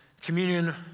communion